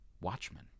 Watchmen